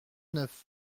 neuf